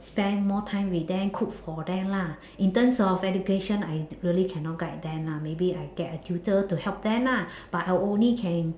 spend more time with them cook for them lah in terms of education I really cannot guide them lah maybe I get a tutor to help them lah but I only can